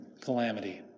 calamity